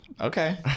okay